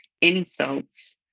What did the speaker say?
insults